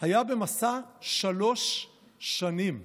היה במסע שלוש שנים,